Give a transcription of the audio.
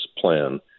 plan